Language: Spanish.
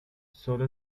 solo